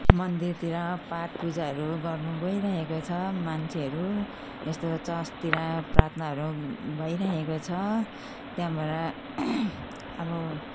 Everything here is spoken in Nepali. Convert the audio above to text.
मन्दिरतिर पाठपूजाहरू गर्नु गइरहेको छ मान्छेहरू यस्तो चर्चतिर प्रार्थनाहरू भइरहेको छ त्यहाँबाट अब